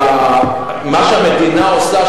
מה שהמדינה עושה,